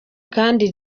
kandi